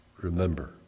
Remember